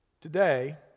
Today